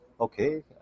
Okay